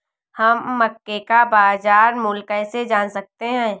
हम मक्के का बाजार मूल्य कैसे जान सकते हैं?